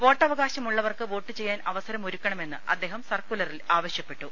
വോട്ടവകാശമുള്ളവർക്ക് vote ചെയ്യാൻ അവസരമൊരുക്കണമെന്ന് അദ്ദേഹം സർക്കുലറിൽ ആവ ശ്യപ്പെട്ടു